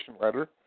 letter